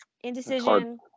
Indecision